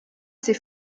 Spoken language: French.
ses